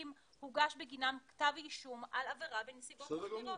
הוגש בגינם כתב אישום על עבירה בנסיבות מחמירות.